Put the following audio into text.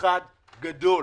אחד גדול.